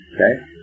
Okay